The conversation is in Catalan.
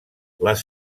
les